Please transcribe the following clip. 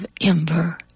ember